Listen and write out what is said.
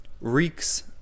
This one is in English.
reeks